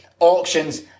auctions